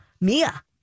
Mia